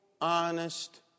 honest